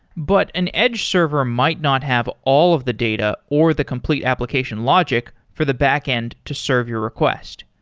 but an edge server might not have all of the data or the complete application logic for the backend to serve your request.